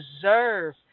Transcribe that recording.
deserve